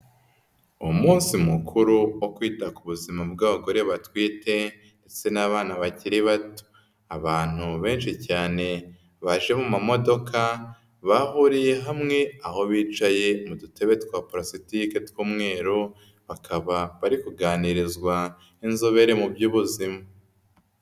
Umunsi mukuru wo kwita ku buzima bw'abagore batwite ndetse n'abana bakiri bato, abantu benshi cyane baje mu mamodoka bahuriye hamwe aho bicaye mu dutebe twa palasitike tw'umweru, bakaba bari kuganirizwa n'inzobere mu by'ubuzima.